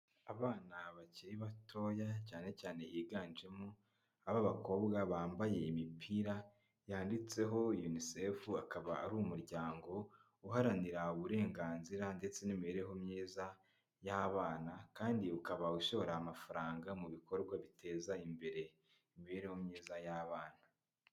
Abana bakiri batoya cyane cyane higanjemo ab'abakobwa, bambaye imipira yanditseho Unicef, akaba ari umuryango uharanira uburenganzira ndetse n'imibereho myiza y'abana kandi ukaba ushora amafaranga mu bikorwa biteza imbere imibereho myiza y'abana.